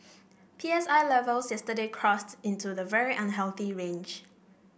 P S I levels yesterday crossed into the very unhealthy range